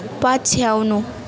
पछ्याउनु